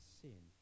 sin